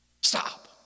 stop